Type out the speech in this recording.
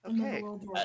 Okay